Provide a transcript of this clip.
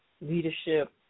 leadership